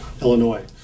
Illinois